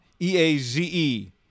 E-A-Z-E